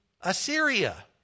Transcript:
Assyria